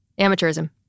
Amateurism